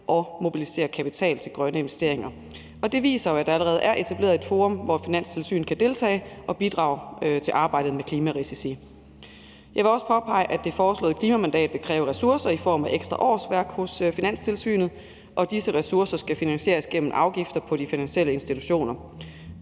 og mobilisere kapital til grønne investeringer. Og det viser jo, at der allerede er etableret et forum, hvor Finanstilsynet kan deltage og bidrage til arbejdet med klimarisici. Jeg vil også påpege, at det foreslåede klimamandat vil kræve ressourcer i form af ekstra årsværk hos Finanstilsynet, og disse ressourcer skal finansieres gennem afgifter på de finansielle institutioner.